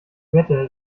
wette